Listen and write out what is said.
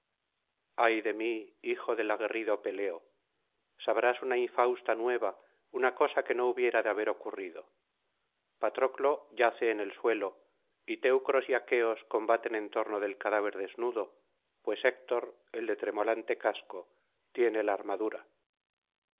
ay de mí hijo del aguerrido peleo sabrás una infausta nueva una cosa que no hubiera de haber ocurrido patroclo yace en el suelo y teucros y aqueos combaten en torno del cadáver desnudo pues héctor el de tremolante casco tiene la armadura